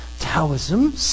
Taoism